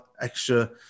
extra